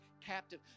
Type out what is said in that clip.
captive